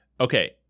Okay